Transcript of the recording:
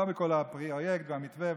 לא בכל הפרויקט והמתווה,